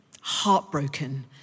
heartbroken